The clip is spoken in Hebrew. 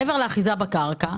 מעבר לאחיזה בקרקע,